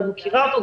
אני מכירה אותו,